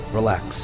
relax